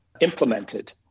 implemented